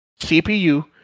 CPU